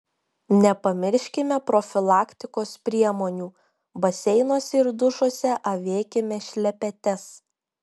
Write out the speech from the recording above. nepamirškime profilaktikos priemonių baseinuose ir dušuose avėkime šlepetes